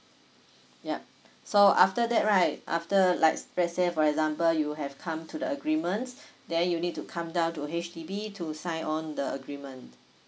yup so after that right after like let's say for example you have come to the agreement then you need to come down to H_D_B to sign on the agreement